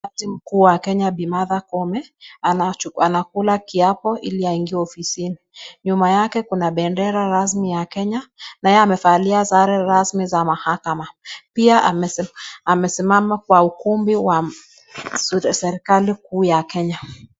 Jaji mkuu wa Kenya Martha koome anakula kiapo ili angie ofisini, nyuma yake kuna bendera rasmi ya Kenya, naye amevalia sare rasmi ya mahakama, pia amesimama kwa ukumbi wa serkali kuu ya Kenya.